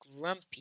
Grumpy